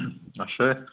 আছে